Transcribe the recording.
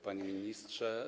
Panie Ministrze!